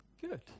good